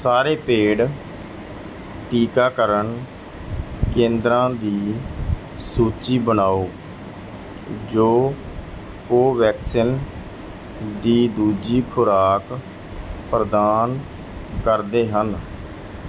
ਸਾਰੇ ਪੇਡ ਟੀਕਾਕਰਨ ਕੇਂਦਰਾਂ ਦੀ ਸੂਚੀ ਬਣਾਓ ਜੋ ਕੋਵੈਕਸਿਨ ਦੀ ਦੂਜੀ ਖੁਰਾਕ ਪ੍ਰਦਾਨ ਕਰਦੇ ਹਨ